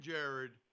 Jared